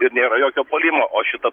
ir nėra jokio puolimo o šita